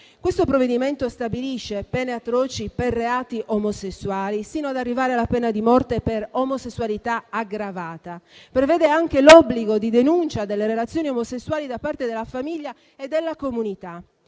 Questo provvedimento stabilisce pene atroci per i reati legati all'omosessualità, sino ad arrivare alla pena di morte per omosessualità aggravata. Prevede anche l'obbligo di denuncia delle relazioni omosessuali da parte della famiglia e della comunità.